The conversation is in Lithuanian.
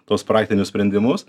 tuos praktinius sprendimus